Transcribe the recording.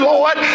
Lord